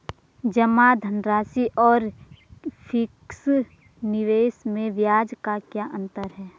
जमा धनराशि और फिक्स निवेश में ब्याज का क्या अंतर है?